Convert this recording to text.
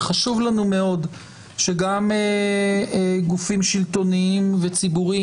וחשוב לנו מאוד שגם גופים שלטוניים וציבוריים